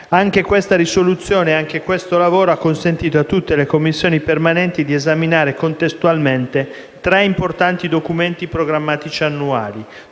europea per il 2016. Anche questo lavoro ha consentito a tutte le Commissioni permanenti di esaminare contestualmente tre importanti documenti programmatici annuali: